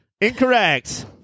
Incorrect